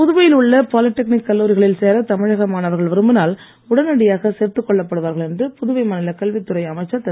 புதுவையில் உள்ள பாலிடெக்னிக் கல்லூரிகளில் சேர தமிழக மாணவர்கள் விரும்பினால் உடனடியாக சேர்த்துக் கொள்ளப்படுவார்கள் என்று புதுவை மாநில கல்வித் துறை அமைச்சர் திரு